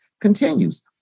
continues